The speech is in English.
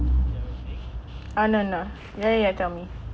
ah no no ya ya you tell me